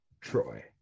Troy